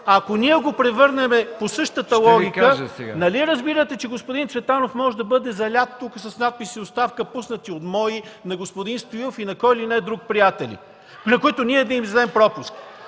– ако ние го превърнем по същата логика, нали разбирате, че господин Цветанов може да бъде залят тук с надписи: „Оставка”, пуснати от мой, на господин Стоилов и на кой ли не друг приятели, на които ние да издадем пропуск.